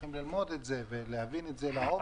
צריכים ללמוד את זה ולהבין את זה לעומק.